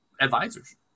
advisors